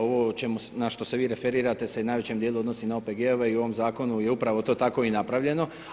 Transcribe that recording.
Ovo o čemu na što se vi referirate se u najvećem djelu odnosi na OPG-ove i u ovom zakonu je upravo to tako i napravljeno.